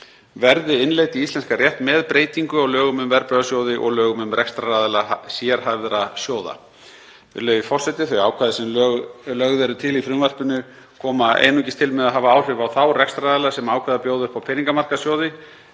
verði innleidd í íslenskan rétt með breytingu á lögum um verðbréfasjóði og lögum um rekstraraðila sérhæfðra sjóða. Virðulegi forseti. Þau ákvæði sem lögð eru til í frumvarpinu koma einungis til með að hafa áhrif á þá rekstraraðila sem ákveða að bjóða upp á peningamarkaðssjóði.